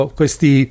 questi